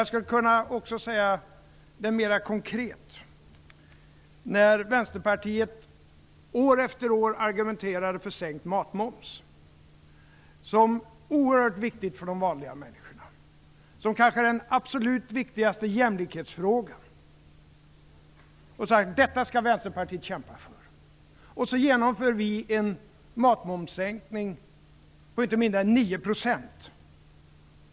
Jag kan också uttrycka det mera konkret. Vänsterpartiet argumenterade år efter år för sänkt matmoms. Det var oerhört viktigt för de vanliga människorna och det var den kanske absolut viktigaste jämlikhetsfrågan. Man sade: Detta skall Vänsterpartiet kämpa för. Så genomför vi en matmomssänkning på inte mindre än 9 %.